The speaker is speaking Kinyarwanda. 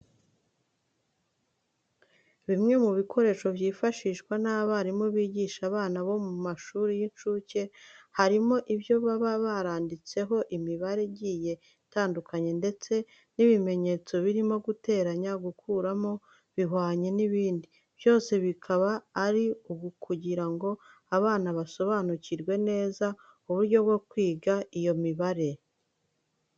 Bimwe mu bikoresho byifashishwa n'abarimu bigisha abana bo mu mashuri y'incuke harimo ibyo baba baranditseho imibare igiye itandukanye ndetse n'ibimenyetso birimo guteranya, gukuramo, bihwanye n'ibindi, byose bikaba ari ukugira ngo abana basobanukirwe neza uburyo bwo kwiga iyo mibare.